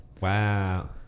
Wow